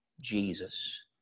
jesus